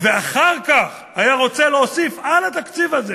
ואחר כך היה רוצה להוסיף על התקציב הזה